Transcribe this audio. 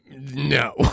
No